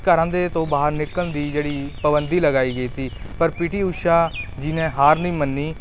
ਘਰਾਂ ਦੇ ਤੋਂ ਬਾਹਰ ਨਿਕਲਣ ਦੀ ਜਿਹੜੀ ਪਾਬੰਦੀ ਲਗਾਈ ਗਈ ਸੀ ਪਰ ਪੀ ਟੀ ਊਸ਼ਾ ਜੀ ਨੇ ਹਾਰ ਨਹੀਂ ਮੰਨੀ